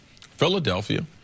Philadelphia